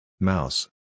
Mouse